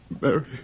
Mary